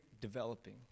developing